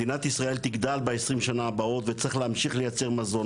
מדינת ישראל תגדל ב-20 השנים הבאות וצריך להמשיך לייצר מזון,